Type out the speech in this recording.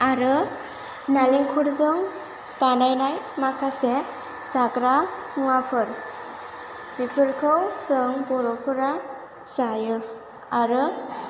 आरो नालेंखरजों बानायनाय माखासे जाग्रा मुवाफोर बेफोरखौ जों बर'फोरा जायो आरो